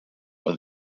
are